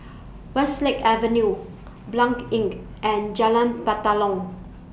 Westlake Avenue Blanc Inn and Jalan Batalong